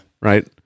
right